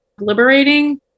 liberating